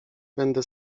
będę